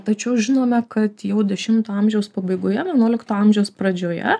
tačiau žinome kad jau dešimto amžiaus pabaigoje vienuolikto amžiaus pradžioje